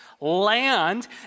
land